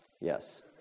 Yes